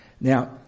Now